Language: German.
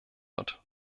wird